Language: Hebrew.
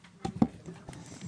פיתוח אחרות.